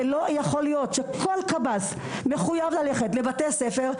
זה לא יכול להיות שכל קב"ס מחוייב ללכת לבתי ספר,